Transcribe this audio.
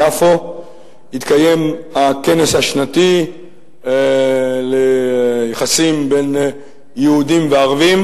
יתקיים ביפו הכנס השנתי ליחסים בין יהודים וערבים.